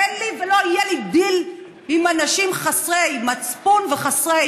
אין לי ולא יהיה לי דיל עם אנשים חסרי מצפון וחסרי